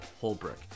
Holbrook